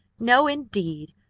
no, indeed!